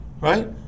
Right